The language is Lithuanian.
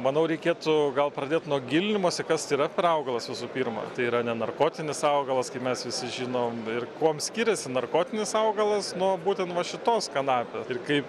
manau reikėtų gal pradėt nuo gilinimosi kas tai yra per augalas visų pirma tai yra ne narkotinis augalas kaip mes visi žinom ir kuom skiriasi narkotinis augalas nuo būtent va šitos kanapės ir kai